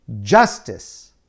justice